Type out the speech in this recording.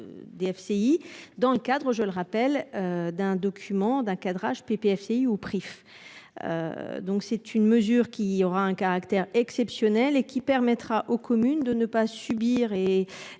Dans le cadre, je le rappelle d'un document d'un cadrage PPCI ou. Donc c'est une mesure qui aura un caractère exceptionnel et qui permettra aux communes de ne pas subir et